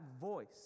voice